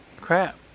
crap